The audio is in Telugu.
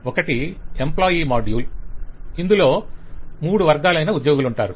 ఒకటి ఎంప్లాయ్ మాడ్యుల్ ఇందులో 3 వర్గాలైన ఉద్యోగులుంటారు